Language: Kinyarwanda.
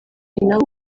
naho